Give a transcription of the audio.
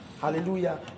Hallelujah